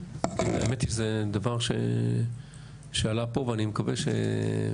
האמת היא שזה דבר שעלה פה ואני מקווה שדומיניץ